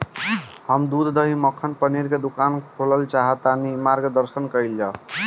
हम दूध दही मक्खन पनीर के दुकान खोलल चाहतानी ता मार्गदर्शन कइल जाव?